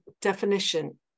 definition